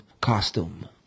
costume